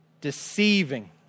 deceiving